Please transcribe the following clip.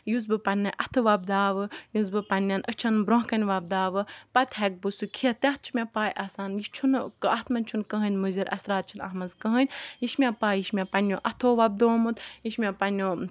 یُس بہٕ پَننہِ اَتھٕ وۄبداوٕ یُس بہٕ پَننٮ۪ن أچھَن برونٛہہ کَنہِ وۄبداوٕ پَتہٕ ہیٚکہٕ بہٕ سُہ کھیٚتھ تَتھ چھےٚ مےٚ پاے آسان یہِ چھُ نہٕ اتھ مَنٛز چھُ نہٕ کٕہٕنۍ مُزِر اَثرات چھِ نہٕ اَتھ مَنٛز کٕہٕنۍ یہِ چھِ مےٚ پاے یہِ چھُ مےٚ پَننٮ۪و اَتھَو وۄبدوومُت یہِ چھُ مےٚ پَننٮ۪و